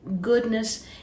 goodness